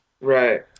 Right